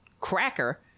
cracker